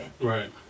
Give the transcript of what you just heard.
Right